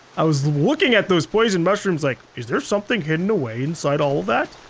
i was looking at those poison mushrooms like, is there something hidden away inside all of that?